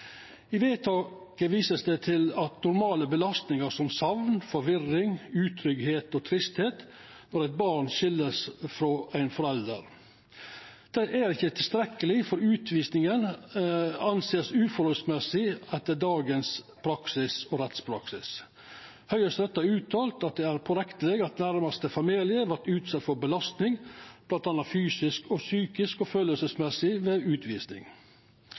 I vedtaka vert det vist til normale belastningar som sakn, forvirring, utryggleik og tristheit når eit barn vert skilt frå ein forelder. Dette er ikkje tilstrekkeleg for at utvisinga vert sett på som uforholdsmessig etter dagens praksis og rettspraksis. Høgsterett har uttalt at det er pårekneleg at nærmaste familie vert utsett for belastning, bl.a. psykisk og kjenslemessig, ved utvising.